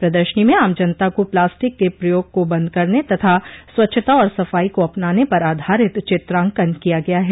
प्रदर्शनी में आम जनता को प्लास्टिक के प्रयोग को बंद करने तथा स्वच्छता और सफाई को अपनाने पर आधारित चित्रांकन किया गया है